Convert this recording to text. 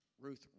Ruth